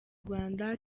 rwanda